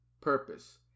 purpose